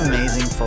Amazing